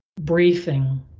briefing